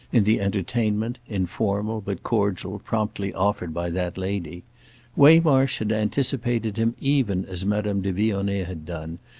in the entertainment, informal but cordial, promptly offered by that lady waymarsh had anticipated him even as madame de vionnet had done,